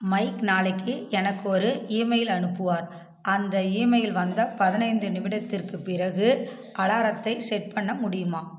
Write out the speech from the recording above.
mic நாளைக்கு எனக்கு ஒரு இமெயில் அனுப்புவார் அந்த இமெயில் வந்த பதினைந்து நிமிடத்திற்கு பிறகு அலாரத்தை செட் பண்ண முடியுமா